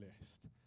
list